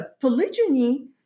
polygyny